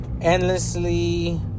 endlessly